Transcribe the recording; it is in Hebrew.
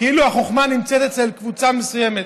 כאילו החוכמה נמצאת אצל קבוצה מסוימת.